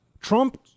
Trump